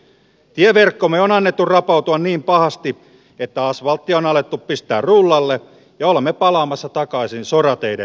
tieverkkomme on annettu rapautua niin pahasti että asfalttia on alettu pistää rullalle ja olemme palaamassa takaisin sorateiden romantiikkaan